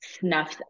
snuffs